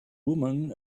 woman